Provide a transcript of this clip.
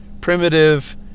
primitive